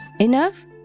Enough